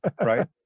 right